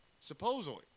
Supposedly